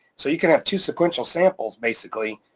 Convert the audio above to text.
so you can have two sequential samples basically,